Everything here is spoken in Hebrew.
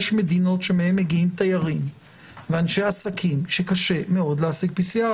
יש מדינות שמהן מגיעים תיירים ואנשי עסקים שקשה מאוד להשיג PCR,